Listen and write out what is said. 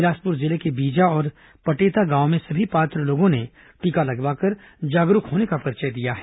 बिलासपुर जिले के बीजा और पटेता गांव में सभी पात्र लोगों ने टीका लगवाकर जागरूक होने का परिचय दिया है